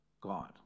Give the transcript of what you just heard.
God